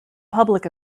public